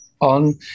on